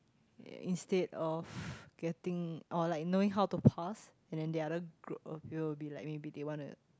instead of getting or like knowing how to pause and then the other group of you will be like maybe they want to